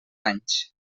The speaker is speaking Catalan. anys